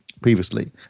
previously